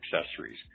accessories